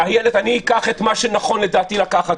איילת, אני אקח את מה שנכון לדעתי לקחת.